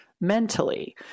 mentally